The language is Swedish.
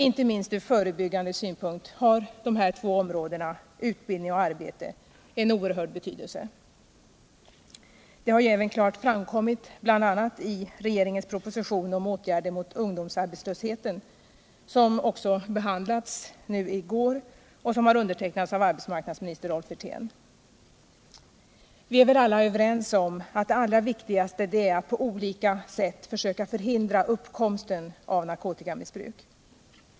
Inte minst från förebyggande synpunkt har dessa två områden — utbildning och arbete — en oerhörd betydelse. Detta har ju även klart framkommit bl.a. i regeringens proposition om åtgärder mot ungdomsarbetslösheten som också behandlades i går och som har undertecknats av arbetsmarknadsminister Rolf Wirtén. Vi är alla överens om att det allra viktigaste är att på olika sätt försöka förhindra uppkomsten av narkotikamissbruk.